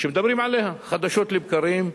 שמדברים עליה חדשות לבקרים,